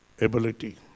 ability